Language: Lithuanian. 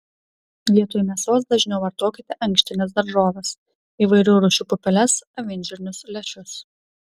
vietoj mėsos dažniau vartokite ankštines daržoves įvairių rūšių pupeles avinžirnius lęšius